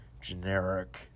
generic